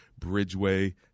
Bridgeway